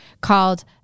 called